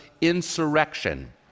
insurrection